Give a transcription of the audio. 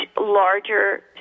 larger